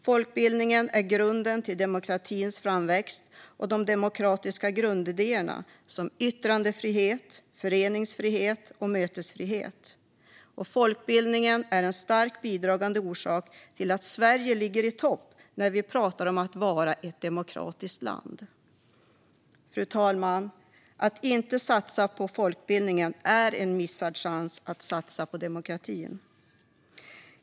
Folkbildningen är grunden till demokratins framväxt och de demokratiska grundidéerna om yttrandefrihet, föreningsfrihet och mötesfrihet. Folkbildningen är en starkt bidragande orsak till att Sverige ligger i topp när vi talar om demokratiska länder. Fru talman! Att inte satsa på folkbildningen är en missad chans att satsa på demokratin.